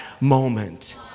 moment